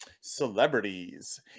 Celebrities